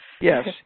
Yes